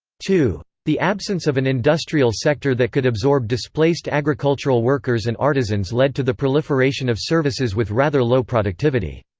two. the absence of an industrial sector that could absorb displaced agricultural workers and artisans led to the proliferation of services with rather low productivity.